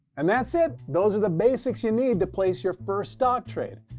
and that's it. those are the basics you need to place your first stock trade.